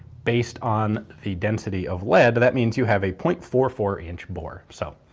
based on the density of lead that means you have a point four four inch bore. so,